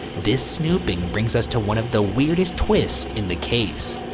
this snooping brings us to one of the weirdest twists in the case.